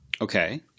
okay